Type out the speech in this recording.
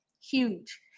Huge